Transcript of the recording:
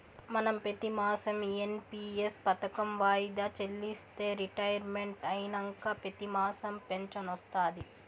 మనం పెతిమాసం ఎన్.పి.ఎస్ పదకం వాయిదా చెల్లిస్తే రిటైర్మెంట్ అయినంక పెతిమాసం ఫించనొస్తాది